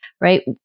right